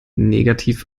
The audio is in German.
negativ